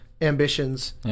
ambitions